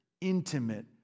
intimate